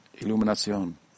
Iluminación